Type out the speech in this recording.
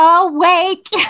awake